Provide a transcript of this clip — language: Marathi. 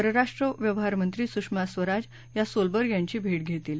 परराष्ट्र व्यवहार मंत्री सुषमा स्वराज या सोलबर्ग यांची भेट घेतील